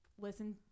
listen